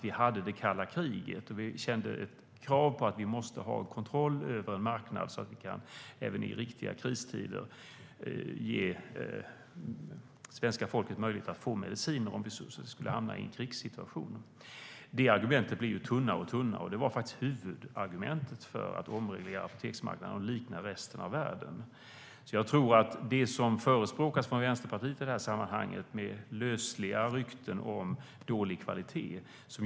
Vi hade det kalla kriget och kände ett krav på att vi måste ha kontroll över en marknad så att vi även i riktiga kristider kan ge svenska folket möjlighet att få mediciner om vi skulle hamna i en krigssituation. Det argumentet blev tunnare och tunnare. Det var huvudargumentet för att omreglera apoteksmarknaden och likna resten av världen. Det som förespråkas från Vänsterpartiet i det här sammanhanget görs med lösa rykten om dålig kvalitet.